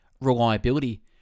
Reliability